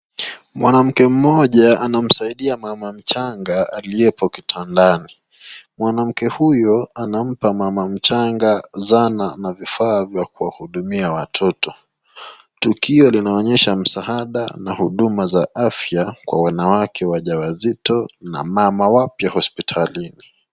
Mwanamke mmoja anamsaidia mama mchanga aliyepo kitandani. Mwanamke huyo anampa mama mchanga zana na vifaa vya kuwahudumia watoto. Tukio linaonyesha msaada na huduma za afya kwa wanawake wajawazito na mama wapya hospitalini.